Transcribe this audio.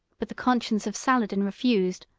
but the conscience of saladin refused,